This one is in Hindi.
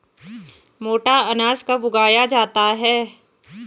मोटा अनाज कब उगाया जाता है?